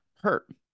hurt